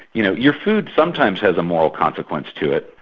you know your food sometimes has a moral consequence to it.